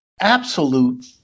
absolute